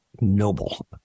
noble